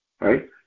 right